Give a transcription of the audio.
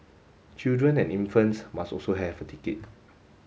children and infants must also have a ticket